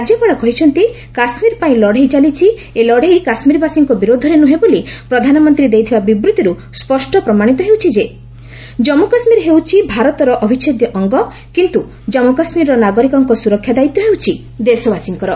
ରାଜ୍ୟପାଳ କହିଛନ୍ତି କାଶ୍ମୀର ପାଇଁ ଲଢ଼େଇ ଚାଲିଛି ଏ ଲଢ଼େଇ କାଶ୍ମୀରବାସୀଙ୍କ ବିରୁଦ୍ଧରେ ନୁହେଁ ବୋଲି ପ୍ରଧାନମନ୍ତ୍ରୀ ଦେଇଥିବା ବିବୂଭିରୁ ସ୍ୱଷ୍ଟ ପ୍ରମାଣିତ ହୋଇଛି ଯେ ଜାମ୍ମୁ କାଶ୍ମୀର ହେଉଛି ଭାରତର ଅଭିଚ୍ଛେଦ୍ୟ ଅଙ୍ଗ କିନ୍ତୁ କାଶ୍ମୁ କାଶ୍ମୀରର ନାଗରିକଙ୍କ ସୁରକ୍ଷା ଦାୟିତ୍ୱ ହେଉଛି ଦେଶବାସୀଙ୍କର